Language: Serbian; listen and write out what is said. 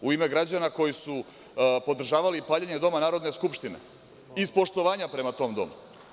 U ime građana koji su podržavali paljenje Doma Narodne skupštine, iz poštovanja prema tom Domu?